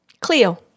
Cleo